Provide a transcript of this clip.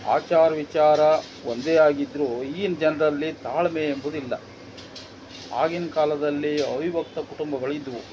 ಆಚಾರ ವಿಚಾರ ಒಂದೇ ಆಗಿದ್ದರೂ ಈಗಿನ ಜನರಲ್ಲಿ ತಾಳ್ಮೆ ಎಂಬುದಿಲ್ಲ ಆಗಿನ ಕಾಲದಲ್ಲಿ ಅವಿಭಕ್ತ ಕುಟುಂಬಗಳು ಇದ್ದವು